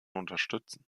unterstützen